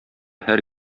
һәр